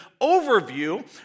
overview